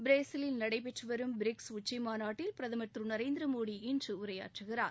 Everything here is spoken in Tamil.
பிரேசிலில் நடைபெற்று வரும் பிரிக்ஸ் உச்சிமாநாட்டில் பிரதம் திரு நரேந்திரமோடி இன்று உரையாற்றுகிறார்